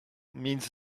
means